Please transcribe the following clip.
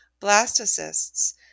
blastocysts